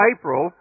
April